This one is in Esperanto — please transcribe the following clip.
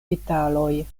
petaloj